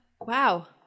wow